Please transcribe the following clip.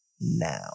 now